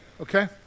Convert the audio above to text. okay